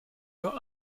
your